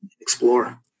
explore